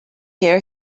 year